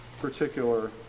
particular